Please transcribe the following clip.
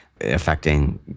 affecting